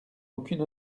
aucune